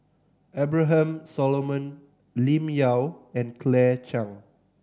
Abraham Solomon Lim Yau and Claire Chiang